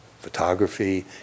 photography